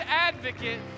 advocate